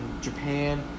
Japan